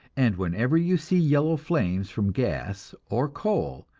and whenever you see yellow flames from gas or coal,